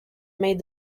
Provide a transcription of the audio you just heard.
may